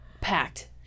packed